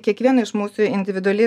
kiekvieno iš mūsų individuali